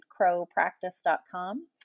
crowpractice.com